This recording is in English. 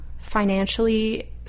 financially